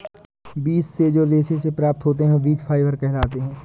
बीज से जो रेशे से प्राप्त होते हैं वह बीज फाइबर कहलाते हैं